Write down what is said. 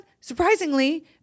surprisingly